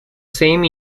same